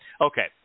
Okay